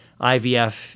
IVF